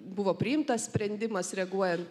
buvo priimtas sprendimas reaguojant